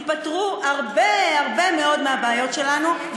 ייפתרו הרבה מאוד מהבעיות שלנו,